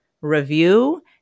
review